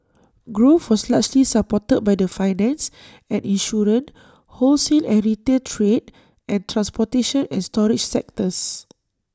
growth was largely supported by the finance and insurance wholesale and retail trade and transportation and storage sectors